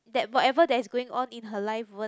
that whatever that's going on in her life won't